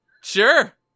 Sure